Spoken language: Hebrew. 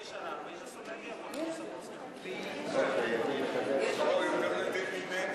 תגיש ערר וינסו להגיע, אוקיי, אני מקבל את ההצעה.